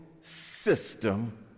system